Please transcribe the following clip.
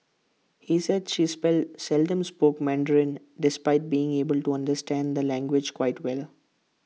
he said she spell seldom spoke Mandarin despite being able to understand the language quite well